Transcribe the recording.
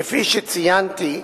כפי שציינתי,